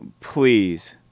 please